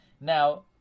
Now